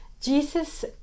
Jesus